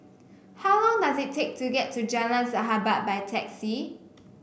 how long does it take to get to Jalan Sahabat by taxi